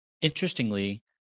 interestingly